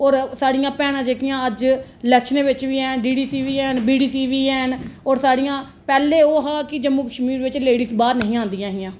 जेहकियां अज्ज इलैक्शने बिच बी हैन डीडीसी बी हैन बीडीसी बी हैन औऱ साढ़ियां पैहले ओह् हा कि जमम्ू कशमीर बिच लैडिज बाहर नेईं ही आंदियां